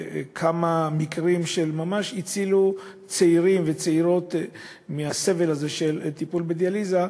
כמה מקרים שממש הצילו צעירים וצעירות מהסבל הזה של טיפול בדיאליזה.